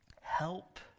help